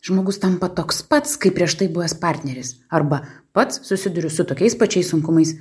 žmogus tampa toks pats kaip prieš tai buvęs partneris arba pats susiduriu su tokiais pačiais sunkumais